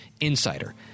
insider